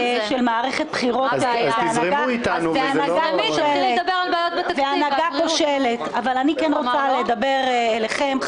לדבר על זה , אבל יש משמעות לכיבוד